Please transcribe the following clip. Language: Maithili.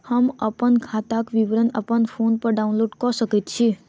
हम अप्पन खाताक विवरण अप्पन फोन पर डाउनलोड कऽ सकैत छी?